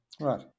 Right